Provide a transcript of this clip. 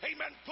Amen